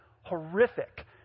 horrific